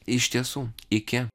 iš tiesų iki